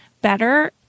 better